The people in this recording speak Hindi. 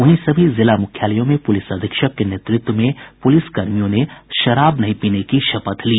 वहीं सभी जिला मुख्यालयों में पुलिस अधीक्षक के नेतृत्व में पुलिस कर्मियों ने शराब नहीं पीने की शपथ ली